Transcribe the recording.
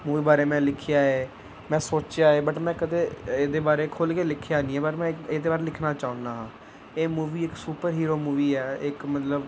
movie ਬਾਰੇ ਮੈਂ ਲਿਖਿਆ ਹੈ ਮੈਂ ਸੋਚਿਆ ਹੈ ਬਟ ਮੈਂ ਕਦੇ ਇਹਦੇ ਬਾਰੇ ਖੁੱਲ੍ਹ ਕੇ ਲਿਖਿਆ ਨਹੀਂ ਹੈ ਪਰ ਮੈਂ ਇਹਦੇ ਬਾਰੇ ਲਿਖਣਾ ਚਾਹੁੰਦਾ ਹਾਂ ਇਹ ਮੂਵੀ ਇੱਕ ਸੁਪਰ ਹੀਰੋ ਮੂਵੀ ਹੈ ਇੱਕ ਮਤਲਬ